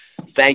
Thank